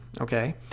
okay